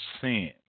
sin